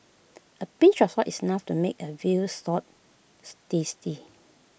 A pinch of salt is enough to make A Veal Stews tasty